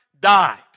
died